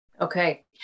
Okay